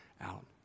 out